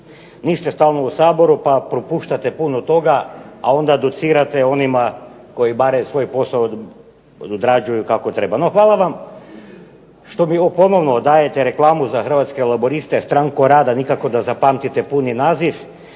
Niste stalno u Saboru pa propuštate puno toga, a onda docirate onima koji barem svoj posao odrađuju kako treba. No hvala vam što mi ponovno dajete reklamu za Hrvatske laburiste-stranku rada, nikako da zapamtite puni naziv.